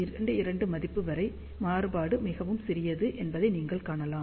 22 மதிப்பு வரை மாறுபாடு மிகவும் சிறியது என்பதை நீங்கள் காணலாம்